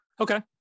Okay